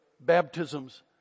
baptisms